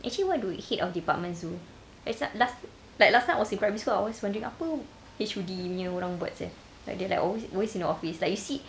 actually what do head of departments do th~ last like last time I was in primary school I always wondering apa H_O_D punya orang buat seh like they like always always in the office like you see